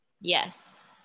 Yes